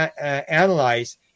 analyze